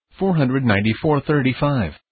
494-35